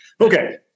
Okay